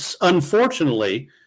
unfortunately